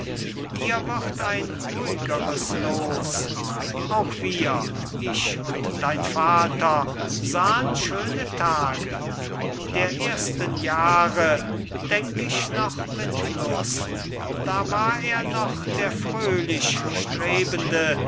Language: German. dir wird ein ruhigeres los auch wir ich und dein vater sahen schöne tage der ersten jahre denk ich noch mit lust da war er noch der fröhlich strebende